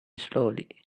slowly